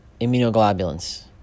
immunoglobulins